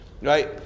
right